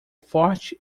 forte